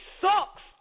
sucks